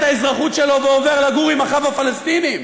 האזרחות שלו ועובר לגור עם אחיו הפלסטינים,